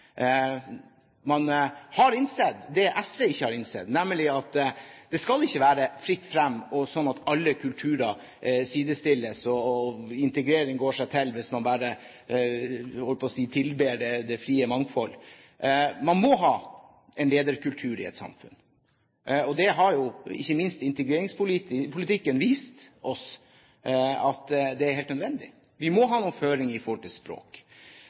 Man har innsett det SV ikke har innsett, nemlig at det skal ikke være fritt frem og sånn at alle kulturer sidestilles og integrering går seg til hvis man bare – jeg holdt på å si – tilber det frie mangfold. Man må ha en lederkultur i et samfunn. Det har ikke minst integreringspolitikken vist oss er helt nødvendig. Vi må ha noen føringer i forhold til språk.